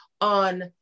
on